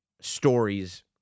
stories